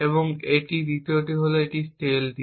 এবং দ্বিতীয়ত এটি স্টিলথি